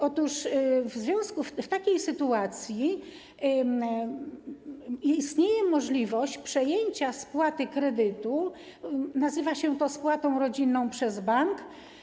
Otóż w takiej sytuacji istnieje możliwość przejęcia spłaty kredytu - nazywa się to spłatą rodzinną - przez bank.